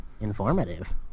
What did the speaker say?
Informative